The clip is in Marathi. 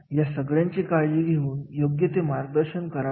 या सगळ्यांची काळजी घेऊन योग्य ते मार्गदर्शन करावे